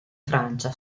francia